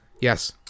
Yes